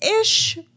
ish